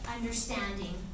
understanding